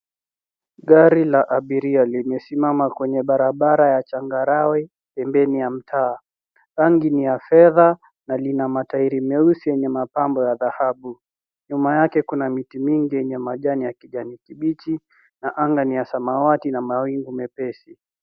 Gari la abiria limesimama kwenye barabara ya changarawe pembeni ya mtaa. Rangi ni ya fedha na lina matairi meusi yenye apambo ya dhahabu. Nyuma yake kuna miti mingi yenye majani ya kijani kibichi na anga ni ya samawati na mawingu mepesi.